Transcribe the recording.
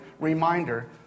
reminder